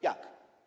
Jak?